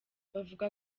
bavuga